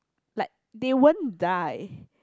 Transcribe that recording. like they won't die